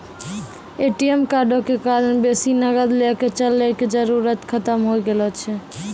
ATM कार्डो के कारण बेसी नगद लैके चलै के जरुरत खतम होय गेलो छै